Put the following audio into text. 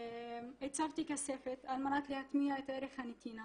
הצבתי כספת על מנת להטמיע את ערך הנתינה